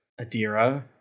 Adira